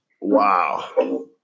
Wow